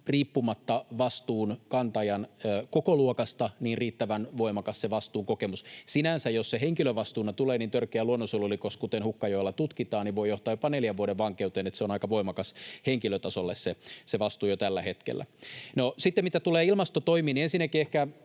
riippumatta vastuunkantajan kokoluokasta, se vastuun kokemus on riittävän voimakas. Sinänsä, jos se henkilövastuuna tulee, niin törkeä luonnonsuojelurikos, kuten Hukkajoella tutkitaan, voi johtaa jopa neljän vuoden vankeuteen. Se vastuu on aika voimakas henkilötasolla jo tällä hetkellä. No, sitten mitä tulee ilmastotoimiin, niin ensinnäkin ehkä